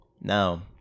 Now